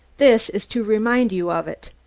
this is to remind you of it.